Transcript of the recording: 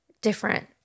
different